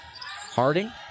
Harding